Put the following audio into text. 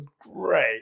great